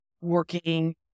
working